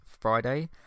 Friday